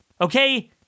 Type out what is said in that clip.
okay